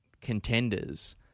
contenders